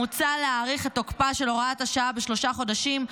מוצע להאריך את תוקפה של הוראת השעה בשלושה חודשים,